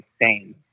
insane